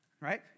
right